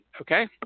Okay